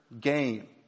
game